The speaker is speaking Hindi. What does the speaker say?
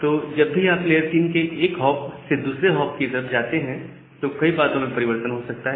तो जब भी आप लेयर 3 के एक हॉप से दूसरे हॉप की तरफ जाते हैं तो कई बातों में परिवर्तन हो सकता है